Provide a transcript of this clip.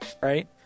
right